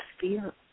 fear